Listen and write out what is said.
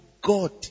God